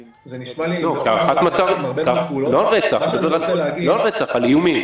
זה נשמע לי --- לא על רצח, על איומים.